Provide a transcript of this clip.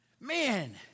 Man